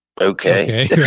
Okay